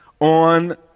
on